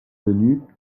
venu